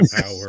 power